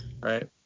Right